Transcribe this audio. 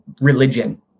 religion